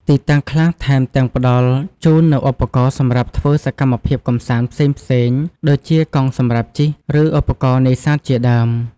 ទីតាំងខ្លះថែមទាំងផ្តល់ជូននូវឧបករណ៍សម្រាប់ធ្វើសកម្មភាពកម្សាន្តផ្សេងៗ ដូចជាកង់សម្រាប់ជិះ ឬឧបករណ៍នេសាទជាដើម។